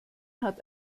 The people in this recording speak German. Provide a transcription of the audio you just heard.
hat